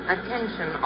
Attention